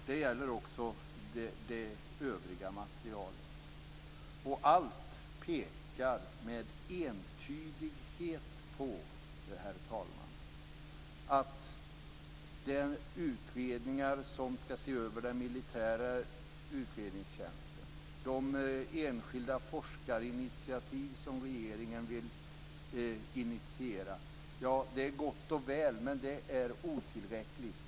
Det gäller också det övriga materialet. Herr talman! Allt pekar med entydighet på att de utredningar som skall se över den militära utredningstjänsten, de enskilda forskarinitiativ som regeringen vill initiera är gott och väl, men det är otillräckligt.